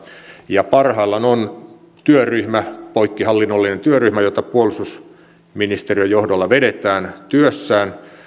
ja parhaillaan on poikkihallinnollinen työryhmä jota puolustusministeriön johdolla vedetään työssään